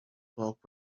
bulk